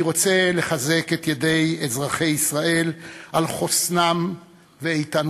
אני רוצה לחזק את ידי אזרחי מדינת ישראל על חוסנם ואיתנותם.